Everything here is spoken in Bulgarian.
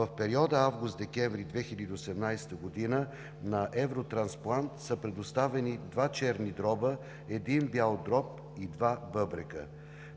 В периода август – декември 2018 г. на Евротрансплант са предоставени два черни дроба, един бял дроб и два бъбрека.